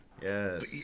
Yes